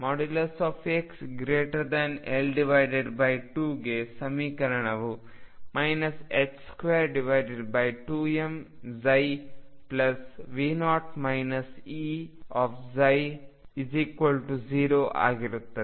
ಮತ್ತು xL2 ಗೆ ಸಮೀಕರಣವು 22mψ0 ಆಗುತ್ತದೆ